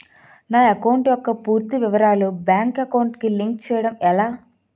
నా అకౌంట్ యెక్క పూర్తి వివరాలు బ్యాంక్ అకౌంట్ కి లింక్ చేయడం ఎలా?